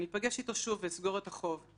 אני אפגש איתו שוב ואסגור את החוב.